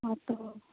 हाँ तो